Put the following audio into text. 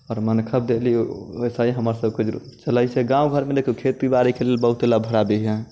आओर मनखब देलि वैसे ही हमर सभकेँ चलैत छै गाँव घरमे देखियौ खेतीबाड़ीके लेल बहुत ही लफड़ा भी है